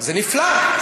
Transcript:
זה נפלא.